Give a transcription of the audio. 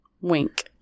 Wink